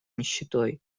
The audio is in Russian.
нищетой